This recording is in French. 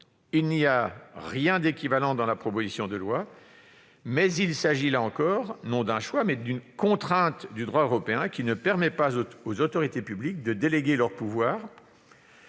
Il n'y a rien d'équivalent dans la proposition de loi, mais il s'agit, là encore, non d'un choix, mais d'une contrainte du droit européen, qui ne permet pas aux autorités publiques de déléguer leurs pouvoirs